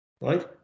right